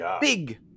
big